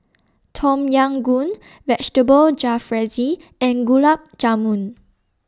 Tom Yam Goong Vegetable Jalfrezi and Gulab Jamun